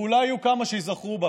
ואולי יהיו כמה שייזכרו בה.